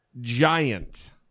giant